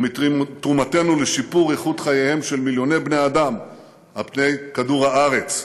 ומתרומתנו לשיפור איכות חייהם של מיליוני בני אדם על פני כדור הארץ,